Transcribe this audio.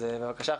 אז בבקשה,